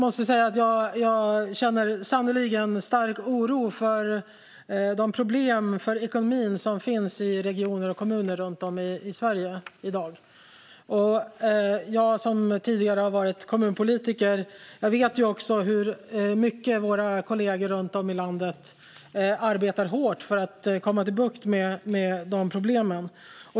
Herr talman! Jag känner sannerligen en stark oro för de problem som i dag finns med ekonomin i kommuner och regioner runt om i Sverige. Jag som tidigare kommunpolitiker vet också hur hårt våra kollegor runt om i landet arbetar för att få bukt med problemen.